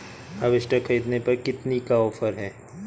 Harvester ख़रीदने पर कितनी का ऑफर है?